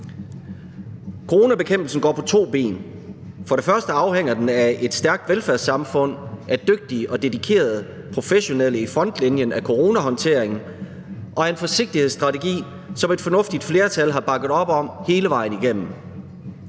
Coronabekæmpelsen går på to ben. Den afhænger for det første af et stærkt velfærdssamfund, af dygtige og dedikerede professionelle folk i frontlinjen for coronahåndteringen og af en forsigtighedsstrategi, som et fornuftigt flertal har bakket op om hele vejen igennem.